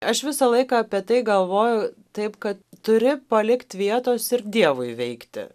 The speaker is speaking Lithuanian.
aš visą laiką apie tai galvoju taip kad turi palikt vietos ir dievui veikti